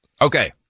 Okay